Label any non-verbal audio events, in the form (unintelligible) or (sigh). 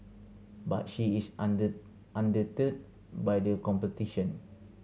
but she is (unintelligible) undeterred by the competition